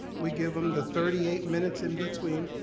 we give them the thirty eight minutes in between,